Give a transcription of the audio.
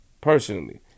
personally